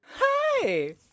Hi